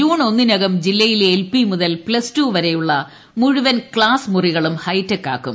June ഒന്നിന്കും ജില്ലയിലെ LP മുതൽ പ്ലസ്ടു വരെയുള്ള മുഴുവൻ ക്സാസ് ്മുറികളും ഹൈടെക്കാക്കും